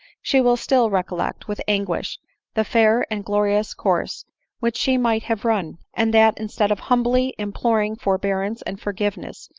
she will still recollect with anguish the fair and glorious course which she might have run and that, instead of humbly imploring forbearance and forgiveness,